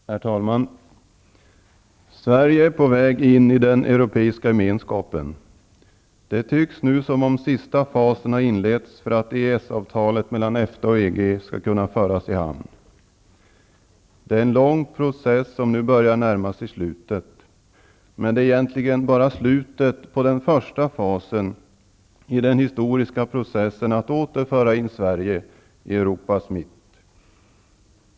Herr talman! Sverige är på väg in i den europeiska gemenskapen. Det tycks nu som om sista fasen har inletts för att EES-avtalet mellan EFTA och EG skall kunna föras i hamn. Det är en lång process som nu börjar närma sig slutet. Men det är egentligen bara slutet på den första fasen i den historiska processen att åter föra in Sverige i Europas mitt.